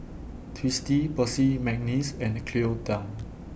Twisstii Percy Mcneice and Cleo Thang